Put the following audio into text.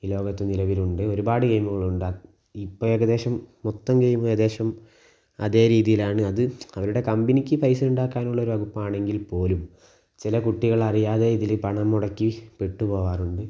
ഈ ലോകത്ത് നിലവിലുണ്ട് ഒരുപാട് ഗെയിമുകളുണ്ട് ഇപ്പം ഏകദേശം മൊത്തം ഗെയിം ഏകദേശം അതെ രീതിയിലാണ് അതും അവരുടെ കമ്പനിക്ക് പൈസ ഉണ്ടാക്കാനുള്ള വകുപ്പാണെങ്കിൽ പോലും ചില കുട്ടികൾ അറിയാതെ ഇതിൽ പണം മുടക്കി പെട്ട് പോകാറുണ്ട്